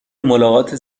ملاقات